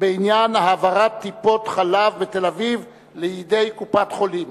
בעניין העברת טיפות-החלב בתל-אביב לידי קופת-חולים.